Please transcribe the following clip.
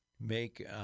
make